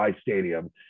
Stadium